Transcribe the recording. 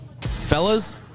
Fellas